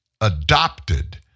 adopted